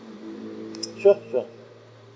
sure sure